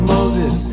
Moses